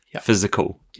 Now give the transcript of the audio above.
physical